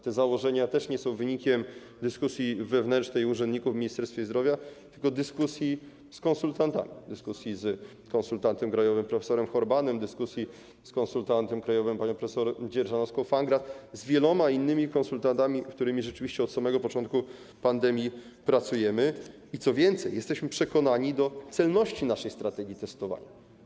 Te założenia nie są wynikiem dyskusji wewnętrznej urzędników w Ministerstwie Zdrowia, tylko dyskusji z konsultantami, dyskusji z konsultantem krajowym prof. Horbanem, dyskusji z konsultantem krajowym panią prof. Dzierżanowską-Fangrat, z wieloma innymi konsultantami, z którymi rzeczywiście od samego początku pandemii pracujemy, i co więcej - jesteśmy przekonani do celności naszej strategii testowania.